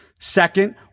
Second